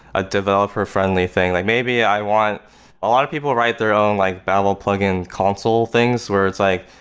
a developer-friendly thing? maybe i want a lot of people write their own like babel plugin console things, where it's like,